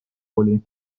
oli